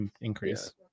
increase